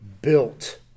built